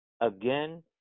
again